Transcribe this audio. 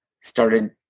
started